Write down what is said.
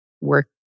work